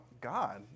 God